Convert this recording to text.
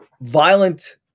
Violent